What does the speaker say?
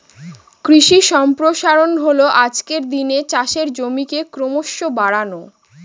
কৃষি সম্প্রসারণ হল আজকের দিনে চাষের জমিকে ক্রমশ বাড়ানো